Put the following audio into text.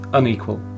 unequal